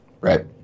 right